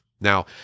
Now